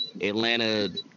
Atlanta